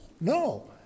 No